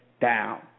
down